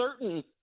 certain